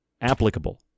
applicable